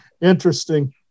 Interesting